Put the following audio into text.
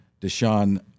Deshaun